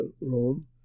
Rome